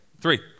Three